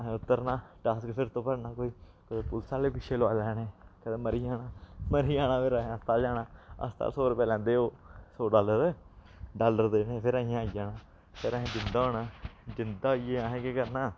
असें उतरना टास्क फिर तू भरना कोई कदें पुलस आह्ले पिच्छें लोआए लैने कदें मरी जाना मरी जाना फिर असें अस्पताल जाना अस्पताल सौ रपेआ लैंदे ओह् सौ डालर डालर देने फिर असें आई जाना फिर असें जींदा होना जींदा होइयै असें केह् करना